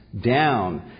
down